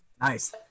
Nice